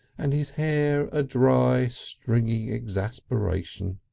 and his hair a dry, stringy exasperation.